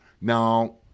now